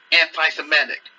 anti-Semitic